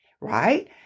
right